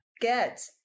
get